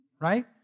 right